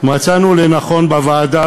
מצאנו לנכון בוועדה,